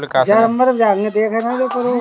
घर से ऋण का भुगतान कैसे कर सकते हैं?